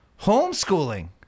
Homeschooling